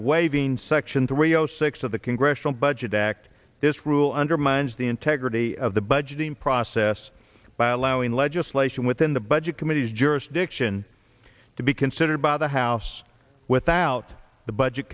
waiving section three zero six of the congressional budget act this rule undermines the integrity of the budgeting process by allowing legislation within the budget committees jurisdiction to be considered by the house without the budget